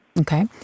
Okay